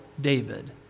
David